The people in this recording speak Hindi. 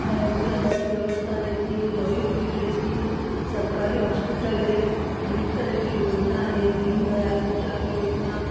यहाँ एंबुलेंस की व्यवस्था रहती है दवाई फ्री रहती है सरकारी हॉस्पिटल है अनेक तरह की योजना है दीनदयाल उपचार योजना